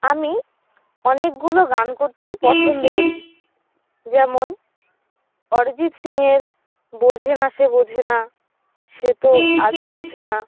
আমি অনেকগুলো গান করতে পছন্দ করি যেমন অরিজিৎ সিংয়ের বোঝে না সে বোঝে না সে তো আজও বোঝে না